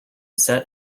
set